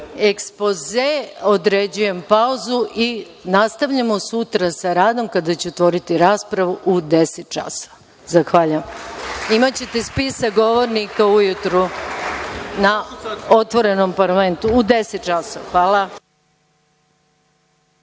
ekspoze, određujem pauzu i nastavljamo sutra sa radom, kada ću otvoriti raspravu u 10, 00 časova. Zahvaljujem. Imaćete spisak govornika ujutru na otvorenom parlamentu.U 10,00 časova. Hvala.